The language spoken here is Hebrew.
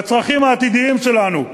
בצרכים העתידיים שלנו,